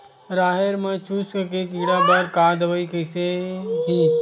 राहेर म चुस्क के कीड़ा बर का दवाई कइसे ही?